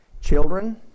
Children